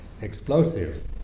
explosive